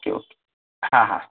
હાહા